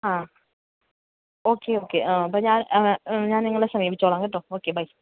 ആ okay okay ആ അപ്പം ഞാന് ഞാന് നിങ്ങളെ സമീപിച്ചോളാം കേട്ടോ ഓക്കെ ബൈ